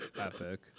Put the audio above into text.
epic